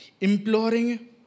imploring